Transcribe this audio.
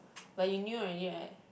but you knew already right